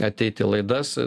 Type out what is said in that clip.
ateit į laidas